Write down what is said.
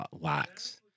locks